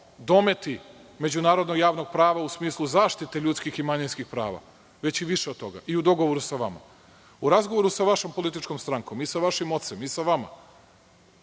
dometi međunarodnog javnog prava u smislu zaštite ljudskih i manjinskih prava, već i više od toga. I u dogovoru sa vama. U razgovoru sa vašom političkom strankom i sa vašim ocem i sa vama,